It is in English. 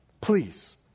Please